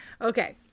okay